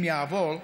אם יעבור,